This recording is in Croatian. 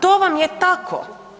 To vam je tako.